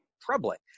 troubling